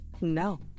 No